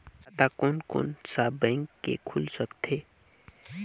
खाता कोन कोन सा बैंक के खुल सकथे?